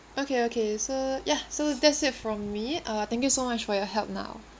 okay okay so ya so that's it from me uh thank you so much for your help now